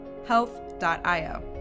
health.io